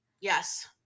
Yes